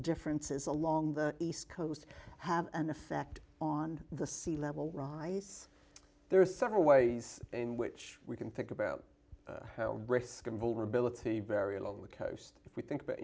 differences along the east coast have an effect on the sea level rise there are several ways in which we can think about risk in vulnerability very along the coast if we think